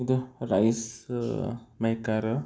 ಇದು rice maker